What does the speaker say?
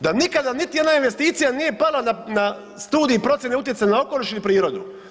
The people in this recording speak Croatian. Da nikada niti jedna investicija nije pala na, na studij procijene utjecaja na okoliš ili prirodu.